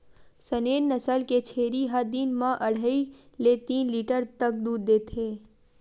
Saanen नसल के छेरी ह दिन म अड़हई ले तीन लीटर तक दूद देथे